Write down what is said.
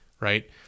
right